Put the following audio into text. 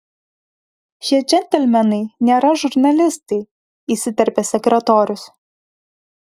šie džentelmenai nėra žurnalistai įsiterpė sekretorius